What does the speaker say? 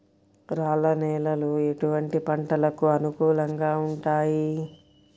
రాళ్ల నేలలు ఎటువంటి పంటలకు అనుకూలంగా ఉంటాయి?